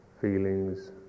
feelings